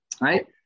right